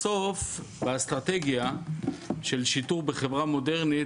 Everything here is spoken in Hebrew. בסוף באסטרטגיה של שיטור בחברה מודרנית